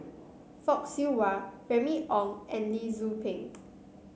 Fock Siew Wah Remy Ong and Lee Tzu Pheng